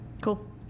Cool